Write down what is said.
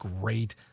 great